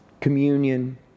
Communion